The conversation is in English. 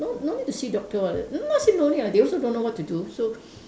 no no need to see doctor one not say don't need ah they also don't know what to do so